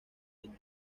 años